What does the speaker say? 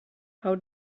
how